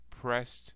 Pressed